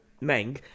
meng